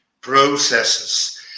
processes